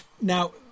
Now